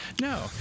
No